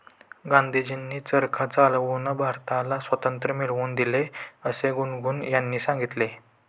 गांधीजींनी चरखा चालवून भारताला स्वातंत्र्य मिळवून दिले असे गुनगुन यांनी सांगितले